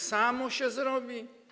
Samo się zrobi?